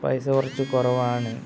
പൈസ കുറച്ച് കൊറവാണ്